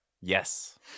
Yes